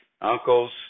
uncles